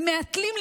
הם מהתלים,